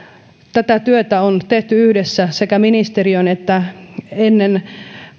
tätä työtä on tehty yhdessä sekä ministeriön että